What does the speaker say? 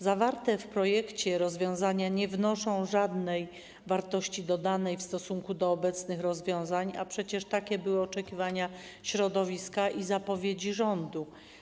Zawarte w projekcie rozwiązania nie wnoszą żadnej wartości dodanej w stosunku do obecnych rozwiązań, a przecież takie były oczekiwania środowiska i zapowiedzi rządu.